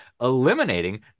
eliminating